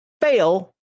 fail